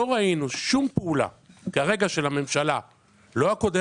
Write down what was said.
לא ראינו שום פעולה של הממשלה הקודמת